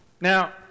Now